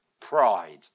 pride